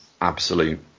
absolute